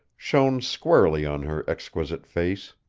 shone squarely on her exquisite face.